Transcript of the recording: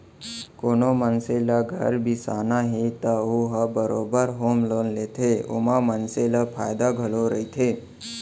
कोनो मनसे ल घर बिसाना हे त ओ ह बरोबर होम लोन लेथे ओमा मनसे ल फायदा घलौ रहिथे